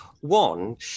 One